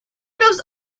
goes